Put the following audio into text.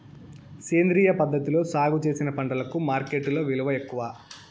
సేంద్రియ పద్ధతిలో సాగు చేసిన పంటలకు మార్కెట్టులో విలువ ఎక్కువ